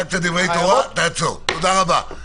תודה רבה.